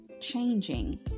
changing